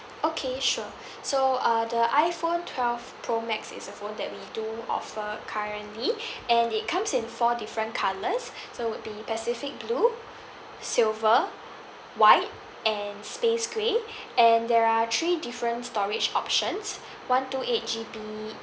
okay sure so uh the iPhone twelve pro max is a phone that we do offer currently and it comes in four different colours so would be pacific blue silver white and space grey and there are three different storage options one two eight G_B